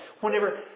whenever